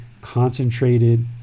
concentrated